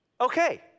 Okay